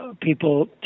people